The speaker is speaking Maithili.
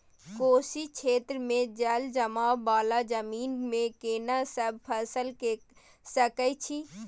कोशी क्षेत्र मे जलजमाव वाला जमीन मे केना सब फसल के सकय छी?